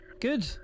good